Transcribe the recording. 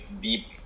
deep